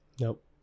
Nope